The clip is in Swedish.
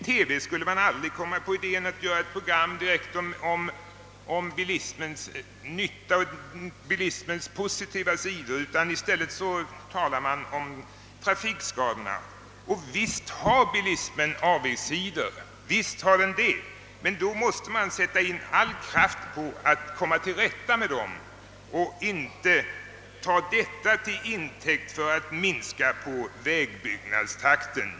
TV skulle aldrig komma på idén att göra ett program direkt om bilismens positiva sidor, utan i stället talar man om trafikskadorna. Och visst har bilismen avigsidor! Men då måste man sätta in all kraft på att komma till rätta med dessa och inte ta dem till intäkt för att minska vägbyggnadstakten.